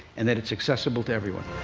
and that it's accessible to everyone.